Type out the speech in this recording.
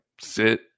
sit